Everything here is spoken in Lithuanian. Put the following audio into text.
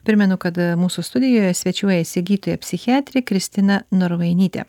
primenu kad mūsų studijoje svečiuojasi gydytoja psichiatrė kristina norvainytė